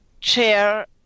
chair